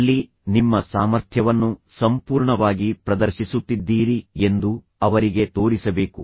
ಅಲ್ಲಿ ನಿಮ್ಮ ಸಾಮರ್ಥ್ಯವನ್ನು ಸಂಪೂರ್ಣವಾಗಿ ಪ್ರದರ್ಶಿಸುತ್ತಿದ್ದೀರಿ ಎಂದು ಅವರಿಗೆ ತೋರಿಸಬೇಕು